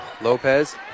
Lopez